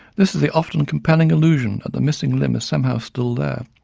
this is the often compelling illusion that the missing limb is somehow still there,